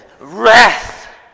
Wrath